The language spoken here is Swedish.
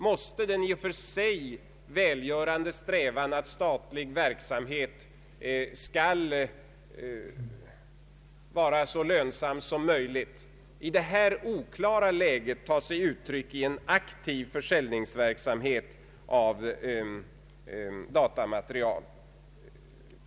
Måste den i och för sig välgörande strävan, att statlig verksamhet skall vara så lönsam som möjligt, i detta oklara läge ta sig uttryck i en aktiv försäljning av datamaterial?